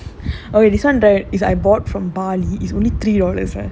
தெரியா தெரியுதா இல்லயா தெரியிலயா:theriyaa theriyuthaa illayaa theriyalayaa